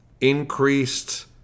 increased